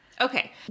Okay